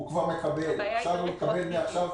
הוא לא צריך להגיע, מקבלים את זה בממשק.